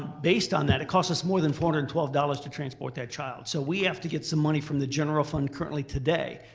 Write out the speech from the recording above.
based on that, it costs us more than four hundred and twelve dollars to transport that child. so we have to get some money from the general fund currently today,